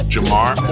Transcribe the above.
Jamar